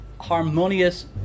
Harmonious